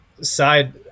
Side